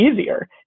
easier